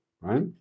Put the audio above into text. right